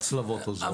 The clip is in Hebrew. ההצלבות עוזרות.